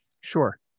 Sure